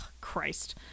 christ